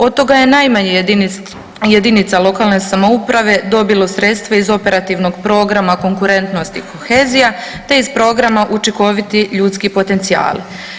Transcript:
Od toga je najmanje jedinica lokalne samouprave dobilo sredstva iz Operativnog programa Konkurentnost i kohezija te iz programa Učinkoviti ljudski potencijali.